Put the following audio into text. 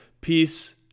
Peace